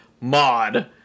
Mod